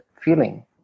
feeling